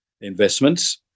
investments